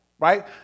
Right